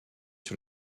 sur